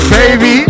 Baby